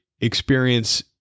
experience